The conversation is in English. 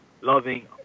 loving